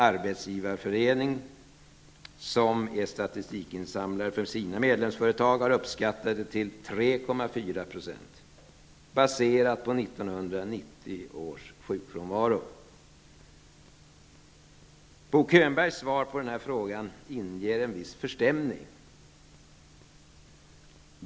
Arbetsgivareföreningen, som är statistikinsamlare för sina medlemsföretag, har uppskattat den till 3,4 %, baserat på 1990 års sjukfrånvaro. Bo Könbergs svar på den här frågan inger en viss förstämning.